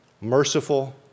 merciful